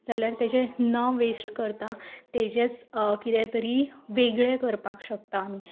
जाल्यार तेजें न वेस्ट करता तेजेंच कितेंय तरी वेगळें करपाक शकता आमी